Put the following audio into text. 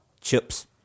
chips